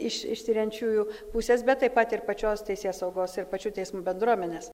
iš iš tiriančiųjų pusės bet taip pat ir pačios teisėsaugos ir pačių teismų bendruomenės